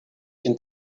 can